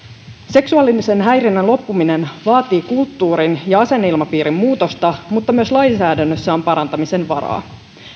seksuaalisen häirinnän loppuminen vaatii kulttuurin ja asenneilmapiirin muutosta mutta myös lainsäädännössä on parantamisen varaa